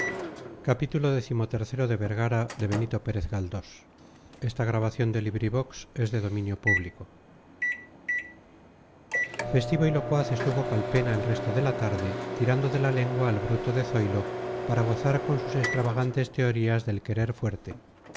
festivo y locuaz estuvo calpena el resto de la tarde tirando de la lengua al bruto de zoilo para gozar con sus extravagantes teorías del querer fuerte